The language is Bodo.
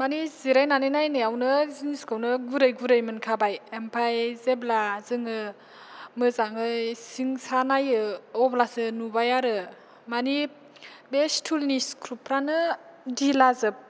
मानि जिरायनानै नायनायावनो जिनिसखौनो गुरै गुरै मोनखाबाय ओमफ्राय जेब्ला जोङो मोजाङै सिं सा नायो आब्लासो नुबाय आरो मानि बे सिथुलनि सिख्रुपफ्रानो दिला जोब